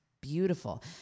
beautiful